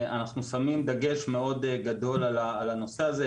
אנחנו שמים דגש גדול מאוד על הנושא הזה.